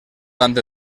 tant